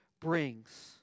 brings